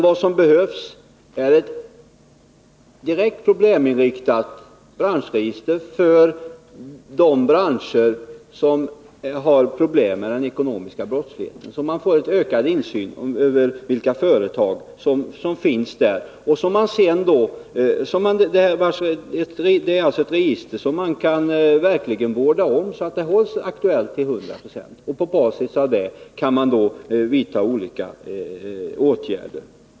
Vad som behövs är ett direkt probleminriktat branschregister för de branscher som har problem till följd av den ekonomiska brottsligheten, så att man får en ökad insyn i vilka företag som finns inom resp. bransch. Det är alltså fråga om ett register som verkligen kan skötas på ett sådant sätt att det hålls aktuellt till hundra procent. På basis av det registret kan man sedan vidta olika åtgärder.